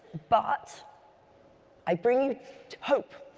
but i bring hope!